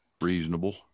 Reasonable